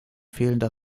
fehlender